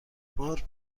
بار